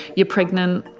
you're pregnant.